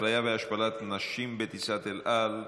אפליה והשפלת נשים בטיסת אל על,